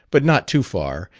but not too far,